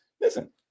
Listen